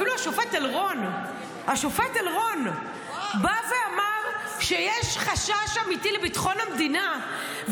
אפילו השופט אלרון בא ואמר שיש חשש אמיתי לביטחון המדינה.